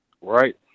Right